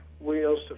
wheels